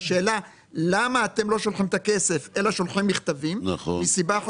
תשאלו למה אתם לא שולחים אתה כסף אלא שולחים מכתבים אבל הסברנו